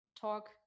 talk